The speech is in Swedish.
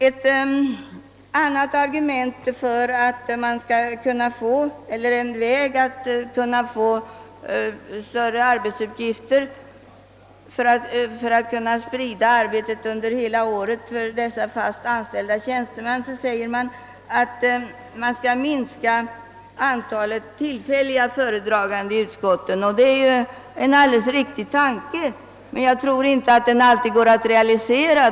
En annan väg för att kunna skapa flera arbetsuppgifter och sprida arbetet under hela året för dessa fast anställda tjänstemän är enligt förslaget att man skall minska antalet tillfälliga föredragande i utskotten. Det är en alldeles riktig tanke, men jag tror inte att den alltid går att realisera.